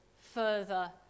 further